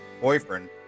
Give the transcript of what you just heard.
boyfriend